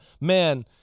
man